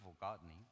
gardening